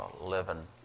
living